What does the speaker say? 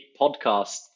podcast